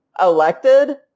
elected